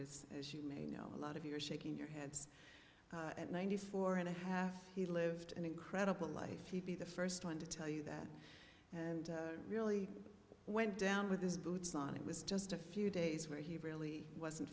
is as you may know a lot of you're shaking your heads at ninety four and a half he lived an incredible life he'd be the first one to tell you that and really went down with his boots on it was just a few days where he really wasn't